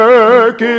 Work